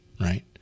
right